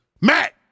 Matt